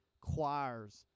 choirs